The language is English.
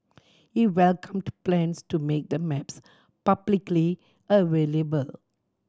he welcomed plans to make the maps publicly available